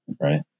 right